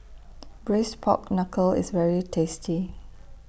Braised Pork Knuckle IS very tasty